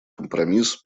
компромисс